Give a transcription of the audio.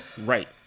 Right